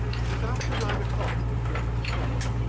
it was after nine o'clock when he left the shop.